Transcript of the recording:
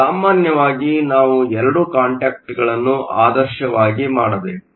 ಸಾಮಾನ್ಯವಾಗಿ ನಾವು 2 ಕಾಂಟ್ಯಾಕ್ಟ್ಗಳನ್ನು ಆದರ್ಶವಾಗಿ ಮಾಡಬೇಕು